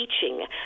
teaching